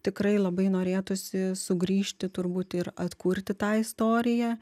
tikrai labai norėtųsi sugrįžti turbūt ir atkurti tą istoriją